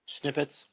Snippets